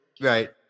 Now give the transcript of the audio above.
right